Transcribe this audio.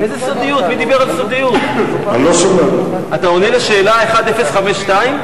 אתה עונה על שאלה 1052?